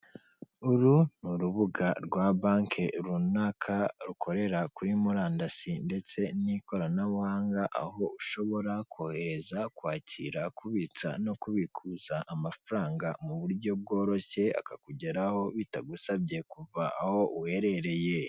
Uru ni urubuga rwa banki runaka rukorera kuri murandasi ndetse n'ikoranabuhanga aho ushobora kohereza, kwakira, kubitsa no kubikuza amafaranga mu buryo bworoshye akakugeraho bitagusabye kuva aho uherereye.